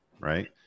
right